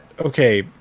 Okay